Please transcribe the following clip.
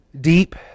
deep